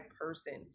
person